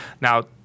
Now